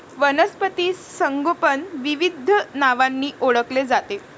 वनस्पती संगोपन विविध नावांनी ओळखले जाते